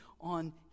on